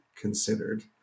considered